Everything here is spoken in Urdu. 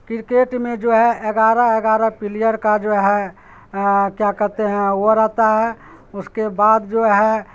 کرکٹ میں جو ہے اگارہ اگارہ پلیئر کا جو ہے کیا کہتے ہیں وہ رہتا ہے اس کے بعد جو ہے